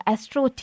Astro